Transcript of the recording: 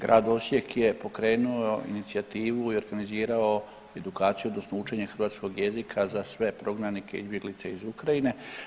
Grad Osijek je pokrenuo inicijativu i organizirao edukaciju odnosno učenje hrvatskog jezika za sve prognanike i izbjeglice iz Ukrajine.